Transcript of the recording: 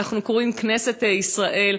אנחנו קוראים כנסת ישראל,